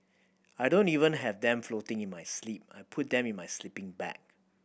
I don't even have them floating in my sleep I put them in my sleeping bag